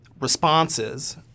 responses